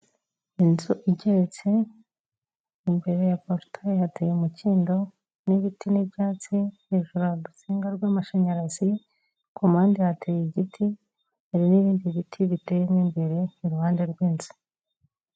Inzu igeretse, imbere ya porutaye hateye umukindo n'ibiti n'ibyatsi, hejuru hari urutsinga rw'amashanyarazi, ku mpande hateye igiti hari n'ibindi biti biteyemo imbere, iruhande rw'inzu.